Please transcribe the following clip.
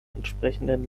entsprechenden